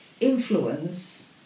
influence